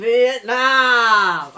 Vietnam